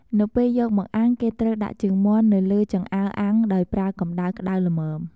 នៅពេលយកមកអាំងគេត្រូវដាក់ជើងមាន់នៅលើចង្អើរអាំងដោយប្រើកំម្តៅក្តៅល្មម។